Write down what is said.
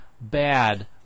bad